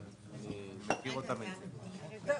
למשרד התרבות והספורט על ידי משרד הביטחון לצורך תקנה